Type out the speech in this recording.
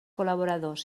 col·laboradors